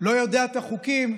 לא יודע את החוקים,